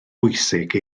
bwysig